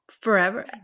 forever